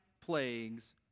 plagues